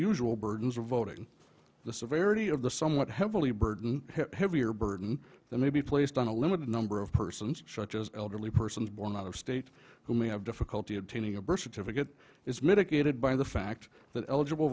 usual burdens of voting the severity of the somewhat heavily burden heavier burden that may be placed on a limited number of persons such as elderly persons born out of state who may have difficulty obtaining a birth certificate is mitigated by the fact that eligible